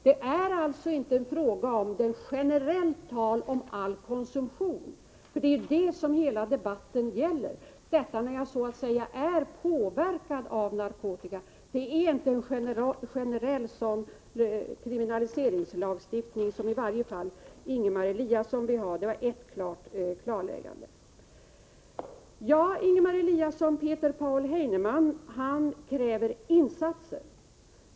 Det är alltså inte generellt fråga om all konsumtion. Vad hela debatten gäller är att man är påverkad av narkotika. Det är inte en sådan generell kriminaliseringslagstiftning som Ingemar Eliasson vill ha — det var ett klarläggande. Ingemar Eliasson! Peter Paul Heineman kräver insatser.